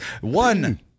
One